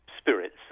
spirits